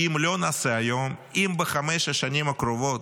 כי אם לא נעשה היום, אם בחמש השנים הקרובות,